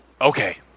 Okay